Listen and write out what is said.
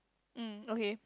mm okay